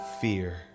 fear